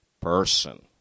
person